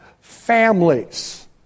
Families